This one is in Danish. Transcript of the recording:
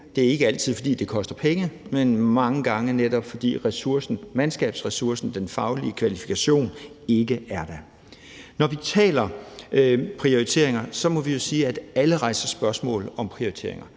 Det er ikke altid, fordi det koster penge, man mange gange er det, netop fordi ressourcerne, altså mandskabsressourcerne og de faglige kvalifikationer, ikke er der. Når vi taler om prioriteringer, må vi jo sige, at alle rejser spørgsmål om prioriteringer.